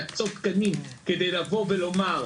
להקצות תקנים כדי לבוא ולומר,